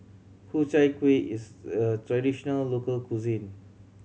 Ku Chai Kuih is a traditional local cuisine